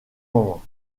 moment